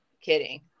Kidding